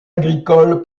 agricole